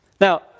Now